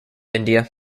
india